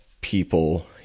people